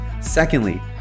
Secondly